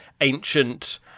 ancient